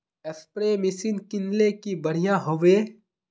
Spray machine किनले की बढ़िया होबवे?